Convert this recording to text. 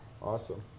awesome